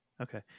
Okay